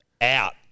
Out